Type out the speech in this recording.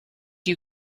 you